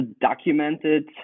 documented